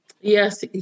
Yes